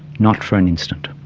not for an instant.